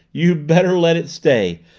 you'd better let it stay!